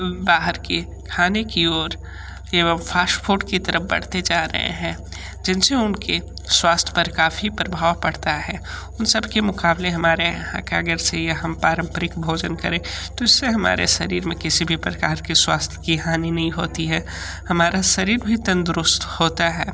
बाहर के खाने की ओर एवं फ़ास्ट फूड की तरफ बढ़ते जा रए हैं जिनसे उनके स्वास्थ्य पर काफ़ी प्रभाव पड़ता है उन सबके मुकाबले हमारे यहाँ का अगर से यह हम पारंपरिक भोजन करें तो इससे हमारे शरीर में किसी भी प्रकार की स्वास्थ्य की हानि नी होती है हमारा शरीर भी तंदरुस्त होता है